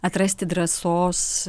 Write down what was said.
atrasti drąsos